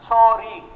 Sorry